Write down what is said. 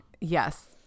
Yes